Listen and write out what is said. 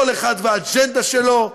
כל אחד והאג'נדה שלו,